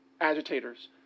agitators